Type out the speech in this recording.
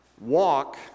Walk